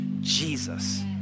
Jesus